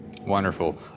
Wonderful